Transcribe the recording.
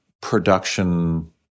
production